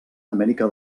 amèrica